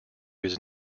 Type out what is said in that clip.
his